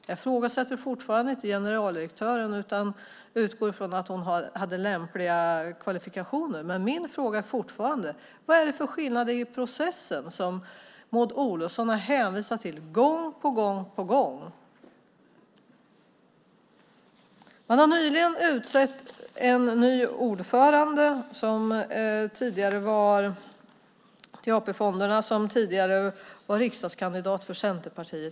Jag ifrågasätter fortfarande inte generaldirektören utan utgår från att hon hade lämpliga kvalifikationer. Men min fråga är fortfarande: Vad är det för skillnad i processen som Maud Olofsson har hänvisat till gång på gång? Man har nyligen utsett en ny ordförande för AP-fonderna som tidigare var riksdagskandidat för Centerpartiet.